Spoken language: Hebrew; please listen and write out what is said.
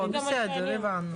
בסדר, הבנו.